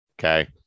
Okay